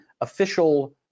official